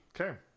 Okay